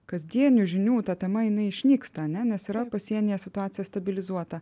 kasdienių žinių ta tema jinai išnyksta ane nes yra pasienyje situacija stabilizuota